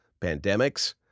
pandemics